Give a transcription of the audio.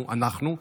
אנחנו אנחנו,